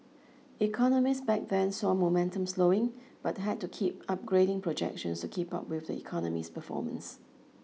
economists back then saw momentum slowing but had to keep upgrading projections to keep up with the economy's performance